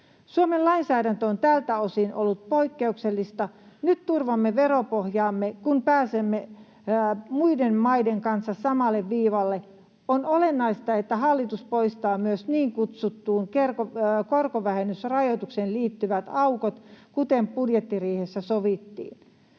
Suomen lainsäädäntö on tältä osin ollut poikkeuksellista. Nyt turvaamme veropohjaamme, kun pääsemme muiden maiden kanssa samalle viivalle. On olennaista, että hallitus poistaa myös niin kutsuttuun korkovähennysrajoitukseen liittyvät aukot, kuten budjettiriihessä sovittiin.